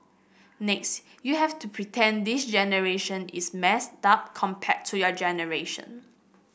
next you have to pretend this generation is messed up compared to your generation